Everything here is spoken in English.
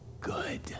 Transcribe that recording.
good